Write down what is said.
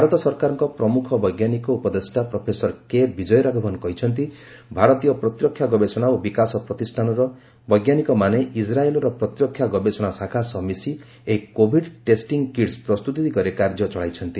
ଭାରତ ସରକାରଙ୍କ ପ୍ରମୁଖ ବୈଜ୍ଞାନିକ ଉପଦେଷ୍ଟା ପ୍ରଫେସର କେ ବିଜୟ ରାଘବନ୍ କହିଛନ୍ତି ଭାରତୀୟ ପ୍ରତିରକ୍ଷା ଗବେଷଣା ଓ ବିକାଶ ପ୍ରତିଷ୍ଠାନର ବୈଜ୍ଞାନିକମାନେ ଇକ୍ରାଏଲ୍ର ପ୍ରତିରକ୍ଷା ଗବେଷଣା ଶାଖା ସହ ମିଶି ଏହି କୋଭିଡ୍ ଟେଷ୍ଟିଂ କିଟ୍ସ୍ ପ୍ରସ୍ତୁତି ଦିଗରେ କାର୍ଯ୍ୟ ଚଳାଇଛନ୍ତି